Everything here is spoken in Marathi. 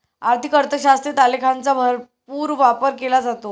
आर्थिक अर्थशास्त्रात आलेखांचा भरपूर वापर केला जातो